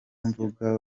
mvuga